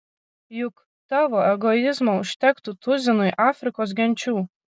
juk tavo egoizmo užtektų tuzinui afrikos genčių